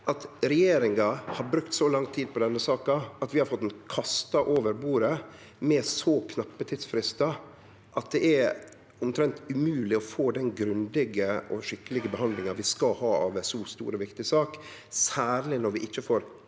at regjeringa har brukt så lang tid på denne saka at vi har fått den kasta over bordet, med så knappe tidsfristar at det er omtrent umogleg å få den grundige og skikkelege behandlinga vi skal ha av ei så stor og viktig sak, særleg når vi ikkje får